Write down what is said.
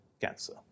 cancer